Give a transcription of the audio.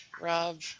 Rob